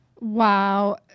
Wow